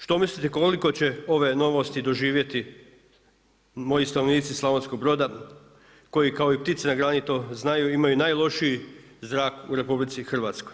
Što mislite koliko će ove novosti doživjeti moji stanovnici Slavonskog Broda koji kao i ptice na grani to znaju, imaju najlošiji zrak u RH?